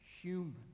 human